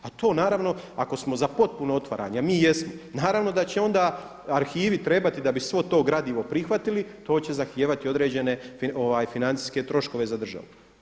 A to naravno ako smo za potpuno otvaranje, a mi jesmo, naravno da će onda arhivi trebati da bi svo to gradivo prihvatili to će zahtijevati određene financijske troškove za državu.